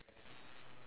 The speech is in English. teddy bear